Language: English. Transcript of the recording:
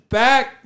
back